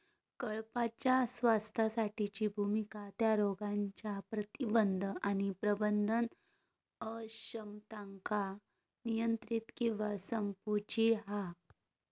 कळपाच्या स्वास्थ्यासाठीची भुमिका त्या रोगांच्या प्रतिबंध आणि प्रबंधन अक्षमतांका नियंत्रित किंवा संपवूची हा